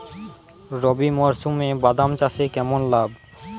রবি মরশুমে বাদাম চাষে কেমন লাভ হয়?